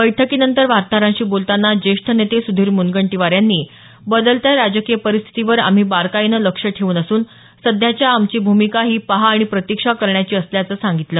बैठकीनंतर वार्ताहरांशी बोलतांना जेष्ठ नेते सुधीर मुनगंटीवार यांनी बदलत्या राजकीय परिस्थितीवर आम्ही बारकाईनं लक्ष ठेऊन असून सध्याच्या आमची भूमिका ही पहा आणि प्रतिक्षा करण्याची असल्याचं सांगितलं